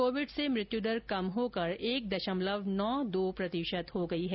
Covid से मृत्युदर कम होकर एक दशमलव नौ दो प्रतिशत हो गई है